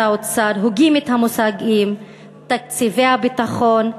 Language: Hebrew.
האוצר הוגים את המושגים "תקציבי הביטחון",